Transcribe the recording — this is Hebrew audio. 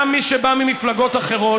גם מי שבא ממפלגות אחרות,